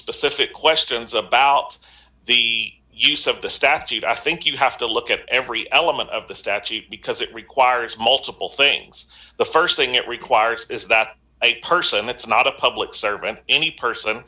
specific questions about the use of the statute i think you have to look at every element of the statute because it requires multiple things the st thing it requires is that a person that's not a public servant any person